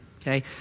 Okay